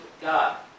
God